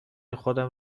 خودم